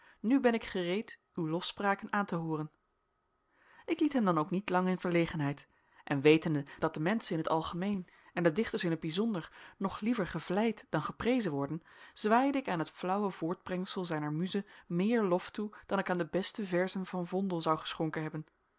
nu ben ik gereed uw lofspraken aan te hooren ik liet hem ook niet lang in verlegenheid en wetende dat de menschen in t algemeen en de dichters in t bijzonder nog liever gevleid dan geprezen worden zwaaide ik aan het flauwe voortbrengsel zijner muze meer lof toe dan ik aan de beste verzen van vondel zou geschonken hebben